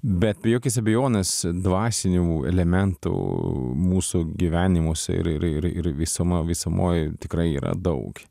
bet be jokios abejonės dvasinių elementų mūsų gyvenimuose ir ir ir visuma visumoj tikrai yra daug